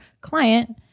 client